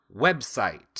website